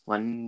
One